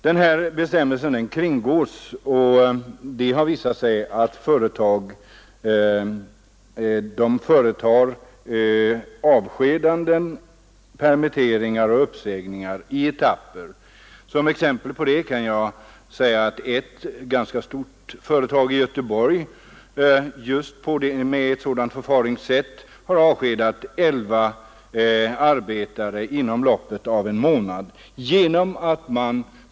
Denna bestämmelse kringgås, och det har visat sig att företag företar avskedanden, permitteringar och uppsägningar i etapper. Som exempel på detta förfaringssätt kan jag nämna att ett ganska stort företag i Göteborg har avskedat elva arbetare inom loppet av en månad.